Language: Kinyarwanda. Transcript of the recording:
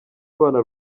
abana